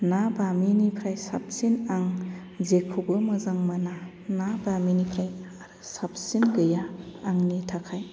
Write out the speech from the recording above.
ना बामिनिफ्राय साबसिन आं जेखौबो मोजां मोना ना बामिनिफ्राय साबसिन गैया आंनि थाखाय